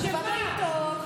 אבל זה מה שדיווחת.